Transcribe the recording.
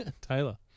Taylor